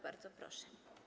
Bardzo proszę.